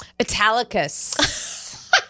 italicus